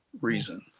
reason